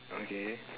okay